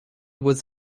was